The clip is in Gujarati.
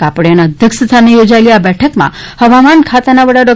કાપડિયાના અધ્યક્ષ સ્થાને યોજાયેલી આ બેઠકમાં હવામાન ખાતાના વડા ડો